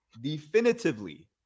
definitively